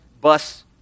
bus